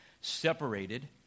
separated